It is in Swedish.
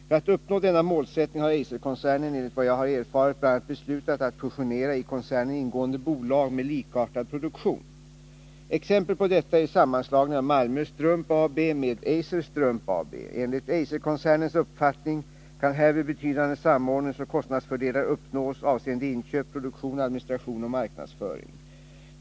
För att uppnå denna målsättning har Eiserkoncernen enligt vad jag har erfarit bl.a. beslutat att fusionera i koncernen ingående bolag med likartad produktion. Exempel på detta är sammanslagningen av AB Malmö Strumpfabrik med Eiser Strump AB. Enligt Eiserkoncernens uppfattning kan härvid betydande samordningsoch kostnadsfördelar uppnås avseende inköp, produktion, administration och marknadsföring.